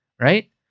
right